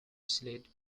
slade